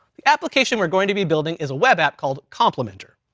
the application we're going to be building is a web app called complimenter.